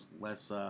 less